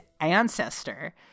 ancestor